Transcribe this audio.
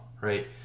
right